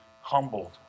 humbled